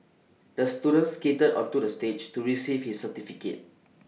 the student skated onto the stage to receive his certificate